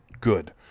good